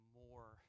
more